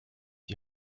die